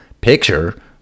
picture